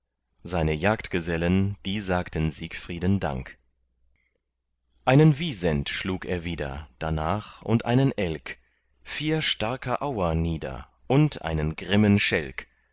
seine jagdgesellen die sagten siegfrieden dank einen wisent schlug er wieder darnach und einen elk vier starker auer nieder und einen grimmen